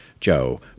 Joe